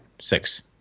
Six